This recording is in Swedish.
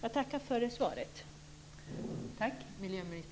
Jag tackar för svaret.